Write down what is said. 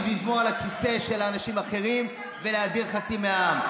זו אחדות בשביל לשמור על הכיסא של אנשים אחרים ולהדיר חצי מהעם.